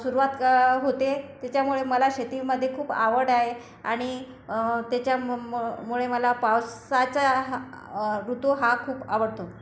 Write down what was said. सुरवात होते तेच्यामुळे मला शेतीमध्ये खूप आवड आहे आणि त्याच्यामममुळे मला पावसाचा हा ऋतू हा खूप आवडतो